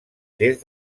des